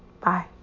Bye